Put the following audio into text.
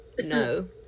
No